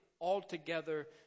altogether